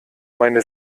meine